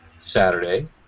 Saturday